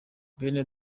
bene